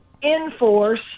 enforce